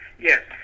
Yes